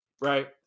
right